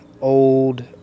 old